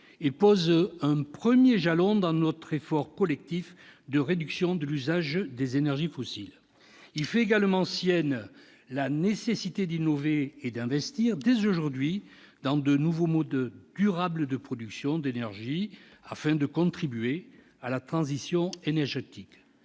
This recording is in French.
et pose un premier jalon dans notre effort collectif de réduction de l'usage des énergies fossiles. Il fait également sienne la nécessité d'innover et d'investir dès aujourd'hui dans de nouveaux modes durables de production d'énergie, afin de contribuer à la transition énergétique.